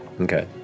Okay